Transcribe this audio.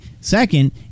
Second